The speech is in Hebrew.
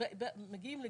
מגיעים לגיל,